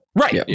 Right